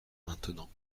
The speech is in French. maintenant